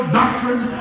doctrine